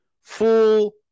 full